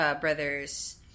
brothers